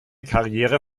karriere